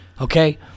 Okay